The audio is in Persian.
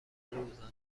روزانه